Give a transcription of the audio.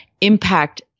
impact